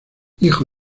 hijo